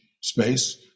space